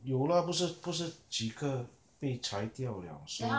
有 lah 不是不是几个被裁掉 liao so